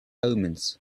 omens